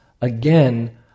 again